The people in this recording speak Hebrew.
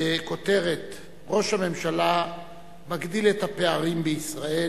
בכותרת: ראש הממשלה מגדיל את הפערים בישראל